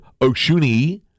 Oshuni